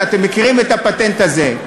אתם מכירים את הפטנט הזה,